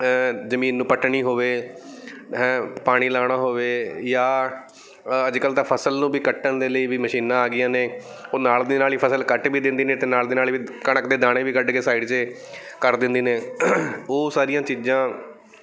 ਜ਼ਮੀਨ ਨੂੰ ਪੱਟਣੀ ਹੋਵੇ ਹੈਂ ਪਾਣੀ ਲਾਉਣਾ ਹੋਵੇ ਜਾਂ ਅੱਜ ਕੱਲ੍ਹ ਤਾਂ ਫਸਲ ਨੂੰ ਵੀ ਕੱਟਣ ਦੇ ਲਈ ਵੀ ਮਸ਼ੀਨਾਂ ਆ ਗਈਆਂ ਨੇ ਉਹ ਨਾਲ ਦੀ ਨਾਲ ਹੀ ਫਸਲ ਕੱਟ ਵੀ ਦਿੰਦੀਆਂ ਨੇ ਅਤੇ ਨਾਲ ਦੀ ਨਾਲ ਵੀ ਕਣਕ ਦੇ ਦਾਣੇ ਵੀ ਕੱਢ ਕੇ ਸਾਈਡ 'ਚ ਕਰ ਦਿੰਦੀਆਂ ਨੇ ਉਹ ਸਾਰੀਆਂ ਚੀਜ਼ਾਂ